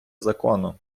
закону